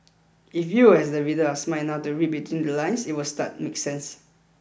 if you as the reader are smart enough to read between the lines it would start make sense